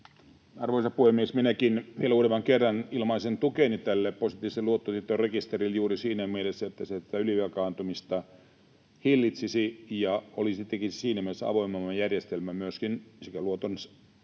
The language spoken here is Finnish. Arvoisa puhemies! Minäkin vielä uudemman kerran ilmaisen tukeni tälle positiiviselle luottotietojen rekisterille juuri siinä mielessä, että se tätä ylivelkaantumista hillitsisi ja olisi tietenkin siinä mielessä avoimempi järjestelmä sekä luoton